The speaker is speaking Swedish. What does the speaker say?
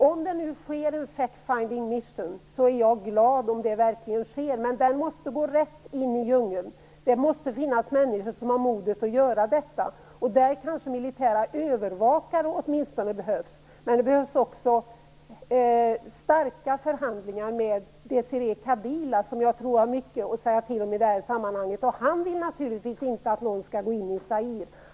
Om det nu sker en fact finding mission så är jag glad, men den måste gå rätt in i djungeln. Det måste finnas människor som har modet att göra detta. Där kanske militära övervakare åtminstone behövs, men det behövs också kraftfulla förhandlingar med Désiré Kabila, som jag tror har mycket att säga till om i det här sammanhanget. Han vill naturligtvis inte att någon skall gå in i Zaire.